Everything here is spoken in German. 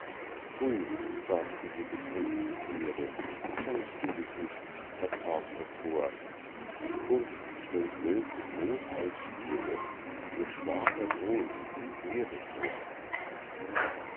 pfui sagten die betrübten thiere schämst du dich nicht verzagter thor die furcht stellt wölfe groß als stiere geschwader groß wie heere vor